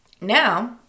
now